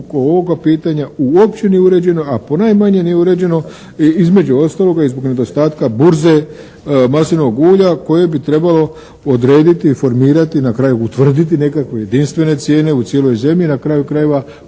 uopće nije uređeno a ponajmanje nije uređeno između ostaloga i zbog nedostatka burze maslinovog ulja koje bi trebalo odrediti i formirati i na kraju utvrditi nekakve jedinstvene cijene u cijeloj zemlji, na kraju krajeva